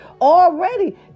already